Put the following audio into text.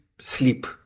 sleep